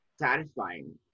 satisfying